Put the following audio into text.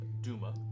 Duma